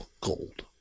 gold